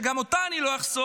שגם אותה אני לא אחשוף: